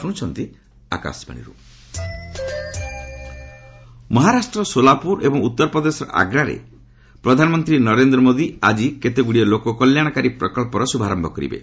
PM project ମହାରାଷ୍ଟ୍ରର ସୋଲାପୁର ଏବଂ ଉତ୍ତରପ୍ରଦେଶର ଆଗ୍ରାରେ ପ୍ରଧାନମନ୍ତ୍ରୀ ନରେନ୍ଦ୍ର ମୋଦି ଆଜି କେତେଗୁଡ଼ିଏ ଲୋକକଲ୍ୟାଣକାରୀ ପ୍ରକଳ୍ପର ଶୁଭାରମ୍ଭ କରିବେ